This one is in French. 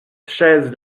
chaises